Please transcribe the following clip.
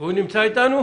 יש את הטלא-און,